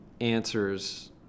answers